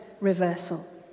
reversal